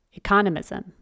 economism